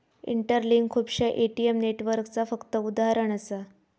interlink खुपश्या ATM नेटवर्कचा फक्त उदाहरण असा